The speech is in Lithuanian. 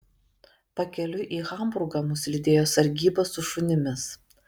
pakeliui į hamburgą mus lydėjo sargyba su šunimis